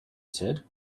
said